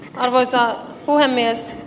arvoisa puhemies